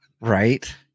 right